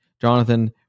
Jonathan